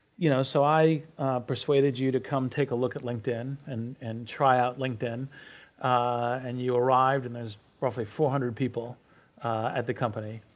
you know so i persuaded you to come take a look at linkedin and and try out linkedin and you arrived and there's roughly four hundred people at the company.